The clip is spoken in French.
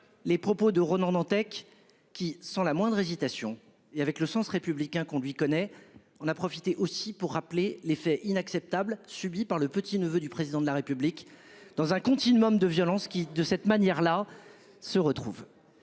Les propos de Ronan Dantec qui, sans la moindre hésitation et avec le sens républicain qu'on lui connaît. On a profité aussi pour rappeler les faits inacceptables subies par le petit neveu du président de la République dans un continuum de violence qui de cette manière-là se retrouvent.